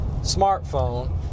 smartphone